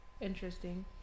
interesting